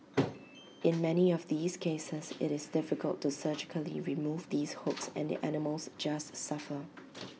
in many of these cases IT is difficult to surgically remove these hooks and the animals just suffer